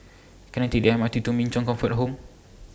Can I Take The M R T to Min Chong Comfort Home